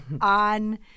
on